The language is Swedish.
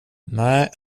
nej